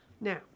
Now